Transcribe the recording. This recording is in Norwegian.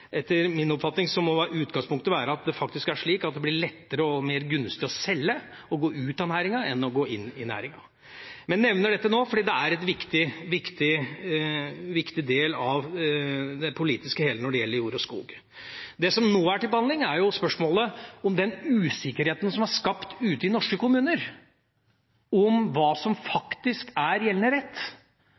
Etter min oppfatning er det faktisk slik at det blir lettere og mer gunstig å selge og gå ut av næringa enn å gå inn i næringa. Jeg nevner dette nå fordi det er en viktig del av et politisk hele når det gjelder jord og skog. Det som nå er til behandling, er spørsmålet om usikkerheten som er skapt ute i norske kommuner, om hva som faktisk er gjeldende rett.